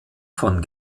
von